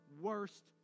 worst